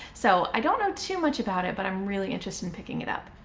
so i don't know too much about it, but i'm really interested in picking it up.